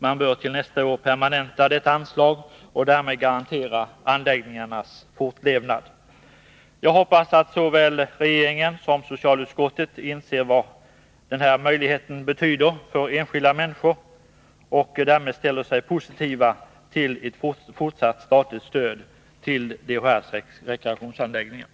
Man bör till nästa år permanenta detta anslag och därmed garantera anläggningarnas fortlevnad. Jag hoppas att såväl regeringen som socialutskottet inser vad denna möjlighet betyder för enskilda människor och ställer sig positiva till ett fortsatt statligt stöd till DHR:s rekreationsanläggningar.